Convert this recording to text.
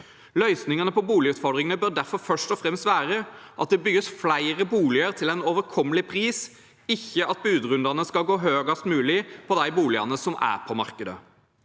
Løsningen på boligutfordringene bør derfor først og fremst være at det bygges flere boliger til en overkommelig pris, og ikke at budrundene skal gå høyest mulig på de boligene som er på markedet.